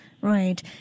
Right